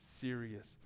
serious